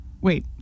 Wait